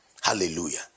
Hallelujah